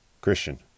Christian